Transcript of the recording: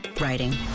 writing